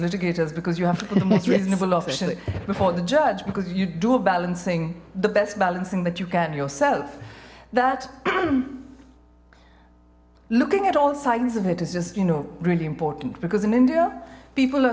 litigators because you have reasonable officially before the judge because you do a balancing the best balancing that you can yourself that looking at all sides of it it's just you know really important because in india people are